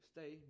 Stay